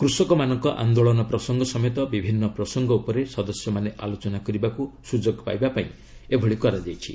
କୃଷକମାନଙ୍କ ଆନ୍ଦୋଳନ ପ୍ରସଙ୍ଗ ସମେତ ବିଭିନ୍ନ ପ୍ରସଙ୍ଗ ଉପରେ ସଦସ୍ୟମାନେ ଆଲୋଚନା କରିବାକୁ ସୁଯୋଗ ପାଇବା ପାଇଁ ଏଭଳି କରାଯାଇଛି